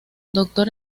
doctor